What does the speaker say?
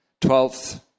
twelfth